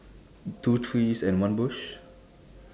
two trees and one bush